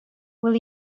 will